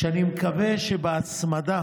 ואני מקווה שבהצמדה